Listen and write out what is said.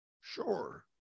Sure